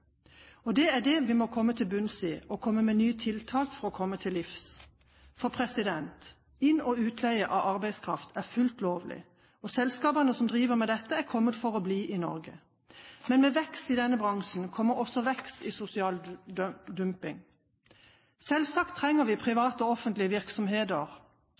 er noe vi må komme til bunns i, og vi må komme med nye tiltak for å komme det til livs. Inn- og utleie av arbeidskraft er fullt lovlig. Selskapene som driver med dette, er kommet for å bli i Norge. Men med vekst i denne bransjen kommer også vekst i sosial dumping. Selvsagt trenger private og offentlige virksomheter